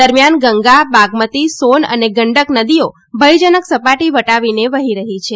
દરમિયાન ગંગા બાગમતી સોન અને ગંડક નદીઓ ભય જનક સપાટી વટાવીને વહી રહી છે